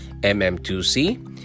mm2c